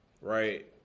right